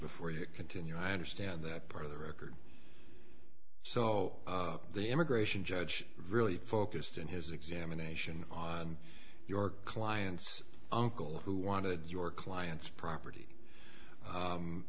before you continue i understand that for the record so the immigration judge really focused in his examination on your client's uncle who wanted your clients property